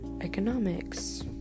economics